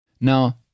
Now